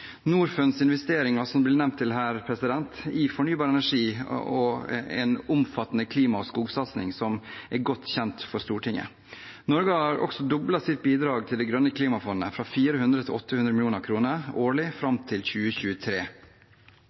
Norfunds investeringer, som ble nevnt her, i fornybar energi og en omfattende klima- og skogsatsing er godt kjent for Stortinget. Norge har også doblet sitt bidrag til Det grønne klimafondet fra 400 mill. til 800 mill. kr årlig fram til 2023.